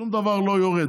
שום דבר לא יורד?